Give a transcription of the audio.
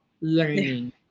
learning